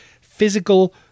physical